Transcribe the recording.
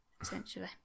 essentially